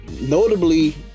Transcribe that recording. notably